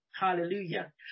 Hallelujah